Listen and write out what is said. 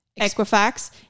Equifax